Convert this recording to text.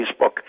Facebook